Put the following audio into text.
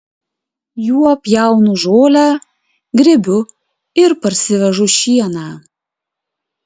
juo pjaunu žolę grėbiu ir parsivežu šieną